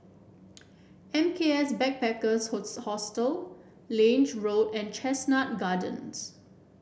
M K S Backpackers Hostel Lange Road and Chestnut Gardens